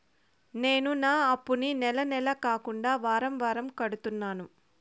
నేను నా అప్పుని నెల నెల కాకుండా వారం వారం కడుతున్నాను